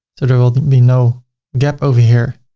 so there will be no gap over here